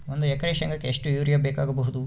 ಒಂದು ಎಕರೆ ಶೆಂಗಕ್ಕೆ ಎಷ್ಟು ಯೂರಿಯಾ ಬೇಕಾಗಬಹುದು?